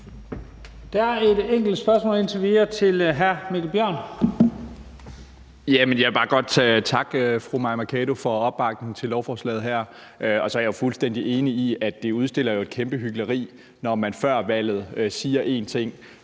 videre et enkelt spørgsmål fra hr. Mikkel Bjørn. Kl. 12:30 Mikkel Bjørn (DF): Jeg vil bare godt takke fru Mai Mercado for opbakning til beslutningsforslaget her. Og så er jeg fuldstændig enig i, at det jo udstiller et kæmpe hykleri, når man før valget siger en ting